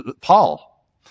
Paul